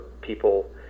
people